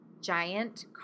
giant